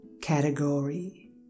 category